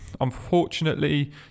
Unfortunately